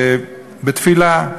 בתפילה: